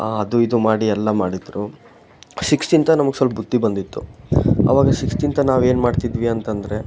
ಅದು ಇದು ಮಾಡಿ ಎಲ್ಲಾ ಮಾಡಿದ್ದರು ಸಿಕ್ಸ್ತ್ಗಿಂತ ನಮ್ಗ ಸ್ವಲ್ಪ ಬುದ್ಧಿ ಬಂದಿತ್ತು ಅವಾಗ ಸಿಕ್ಸ್ತ್ಗಿಂತ ನಾವೇನು ಮಾಡ್ತಿದ್ವಿ ಅಂತಂದರೆ